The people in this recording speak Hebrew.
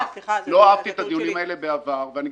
לא אהבתי את הדיונים האלה בעבר וגם